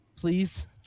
Please